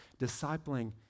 discipling